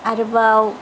आरोबाव